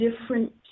different